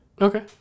okay